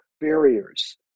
barriers